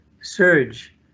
surge